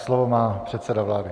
Slovo má předseda vlády.